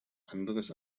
anderes